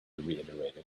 reiterated